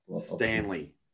Stanley